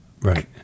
Right